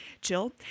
Jill